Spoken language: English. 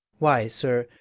why, sir,